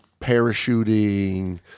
parachuting